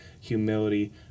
humility